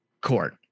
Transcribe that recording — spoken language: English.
court